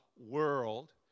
world